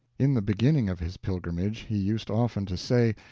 in the beginning of his pilgrimage he used often to say,